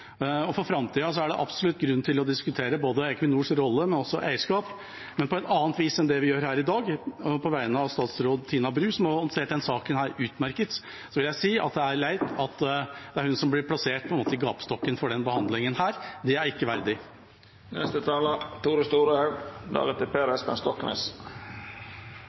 og debatterer? For framtida er det absolutt grunn til å diskutere både Equinors rolle og eierskapet, men på et annet vis enn det vi gjør her i dag. På vegne av statsråd Tina Bru, som har håndtert denne saken utmerket, vil jeg si at det er leit at det er hun som på en måte blir plassert i gapestokken for denne behandlingen. Det er ikke